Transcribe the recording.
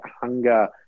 hunger